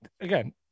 again